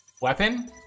weapon